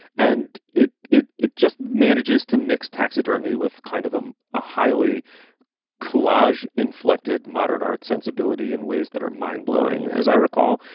and it it it just manages to mix taxidermy with kind of um a highly collage inflected modern art sensibility in ways that are mind-blowing. as i recall,